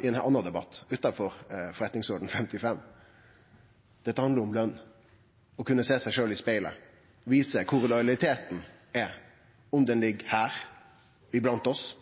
i ein annan debatt, utanfor § 55 i Stortingets forretningsorden. Dette handlar om løn, om å kunne sjå seg sjølv i spegelen og om å vise kvar lojaliteten ligg – om han ligg her, blant oss,